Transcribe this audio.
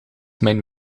mijn